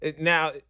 now